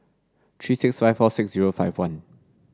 three six five four six zero five one